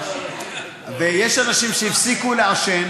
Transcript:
ויש אנשים שהפסיקו לעשן,